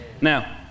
Now